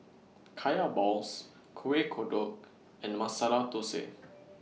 Kaya Balls Kuih Kodok and Masala Thosai